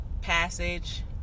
passage